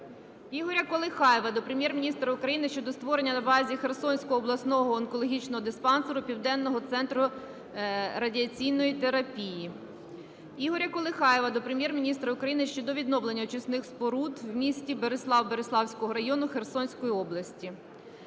Ігоря Колихаєва до Прем'єр-міністра України щодо створення на базі Херсонського обласного онкологічного диспансеру Південного центру радіаційної терапії. Ігоря Колихаєва до Прем'єр-міністра України щодо відновлення очисних споруд в місті Берислав Бериславського району Херсонської області.